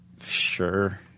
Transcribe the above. Sure